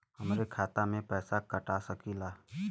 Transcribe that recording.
हमरे खाता में से पैसा कटा सकी ला?